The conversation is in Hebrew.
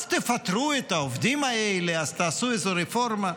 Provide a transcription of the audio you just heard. אז תפטרו את העובדים האלה, אז תעשו איזו רפורמה.